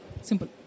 Simple